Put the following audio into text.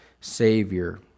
Savior